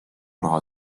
raha